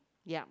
yup